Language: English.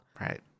Right